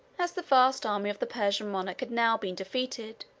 as the vast army of the persian monarch had now been defeated,